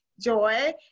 joy